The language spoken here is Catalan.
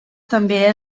també